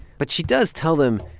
but she does tell them,